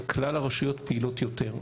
כלל הרשויות פעילות יותר.